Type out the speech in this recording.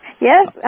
Yes